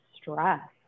stress